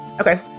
okay